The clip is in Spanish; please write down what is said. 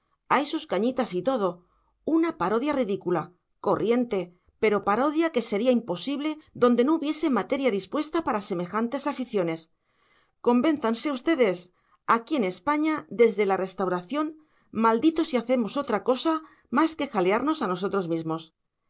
hay sus cañitas y todo una parodia ridícula corriente pero parodia que sería imposible donde no hubiese materia dispuesta para semejantes aficiones convénzanse ustedes aquí en españa desde la restauración maldito si hacemos otra cosa más que jalearnos a nosotros mismos